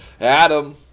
Adam